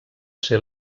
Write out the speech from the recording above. ser